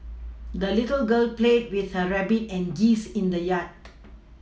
the little girl played with her rabbit and geese in the yard